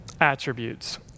attributes